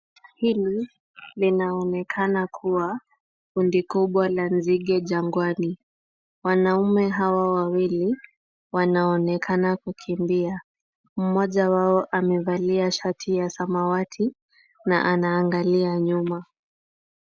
Hili linaonekana kuwa kundi kubwa la nzige jangwani. Wanaume hawa wawili wanaonekana kukimbia. Mmoja wao amevalia shati ya samawati na anaangalia nyuma.